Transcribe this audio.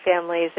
families